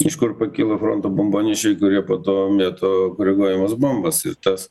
iš kur pakyla fronto bombonešiai kurie po to mėto koreguojamas bombas ir tas